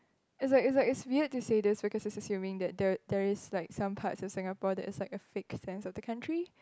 is like is like it's weird to say this because it's assuming that there are there is like some parts of Singapore that is like a fake sense of the country